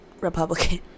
Republican